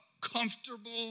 comfortable